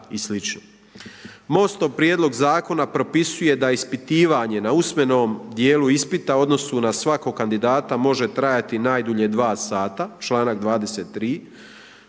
MOST-ov prijedlog zakona propisuje da ispitivanje na usmenom djelu ispita u odnosu na svakog kandidata može trajati najdulje 2 sata, članak 23.,